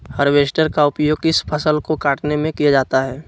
Harvester का उपयोग किस फसल को कटने में किया जाता है?